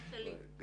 גם שלי.